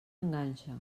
enganxa